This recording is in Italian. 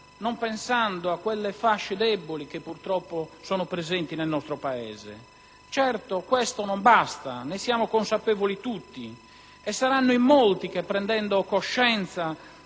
non pensando a quelle fasce deboli che purtroppo sono presenti nel nostro Paese. Certo, questo non basta, ne siamo consapevoli tutti, e saranno in molti che, prendendo coscienza